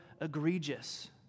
egregious